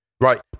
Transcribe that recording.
right